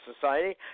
society –